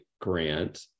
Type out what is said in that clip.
grant